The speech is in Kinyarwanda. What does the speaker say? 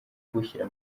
kuwushyira